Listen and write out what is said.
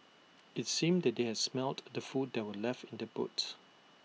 IT seemed that they had smelt the food that were left in the boots